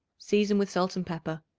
season with salt and pepper.